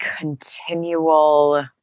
continual